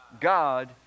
God